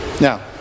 Now